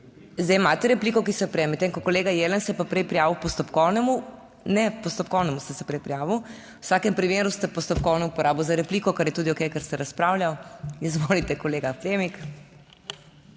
Zdaj imate repliko, ki se je prej, medtem ko kolega Jelen se je prej prijavil k postopkovnemu, ne, k postopkovnemu, ste se prej prijavili. V vsakem primeru ste postopkovno uporabil za repliko, kar je tudi okej, ker ste razpravljali. Izvolite, kolega Premik.